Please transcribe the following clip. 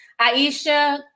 Aisha